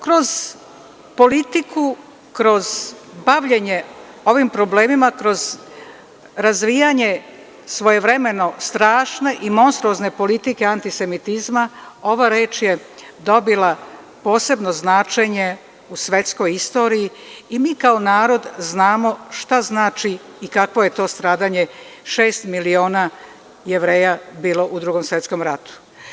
Kroz politiku, kroz bavljenje ovim problemima, kroz razvijanje svojevremeno strašne i monstruozne politike antisemitizma, ova reč je dobila posebno značenje u svetskoj istoriji i mi kao narod znamo šta znači i kakvo je to stradanje šest miliona Jevreja bilo u Drugom svetskom ratu.